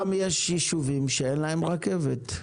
וגם יש ישובים שאין להם רכבת.